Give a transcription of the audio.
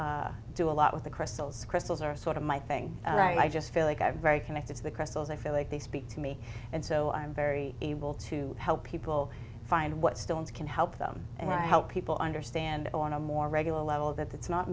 also do a lot with the crystals crystals are sort of my thing and i just feel like i'm very connected to the crystals i feel like they speak to me and so i'm very able to help people find what stillness can help them and i help people understand on a more regular level that it's not